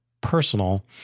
personal